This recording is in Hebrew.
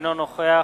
אינו נוכח